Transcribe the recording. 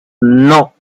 non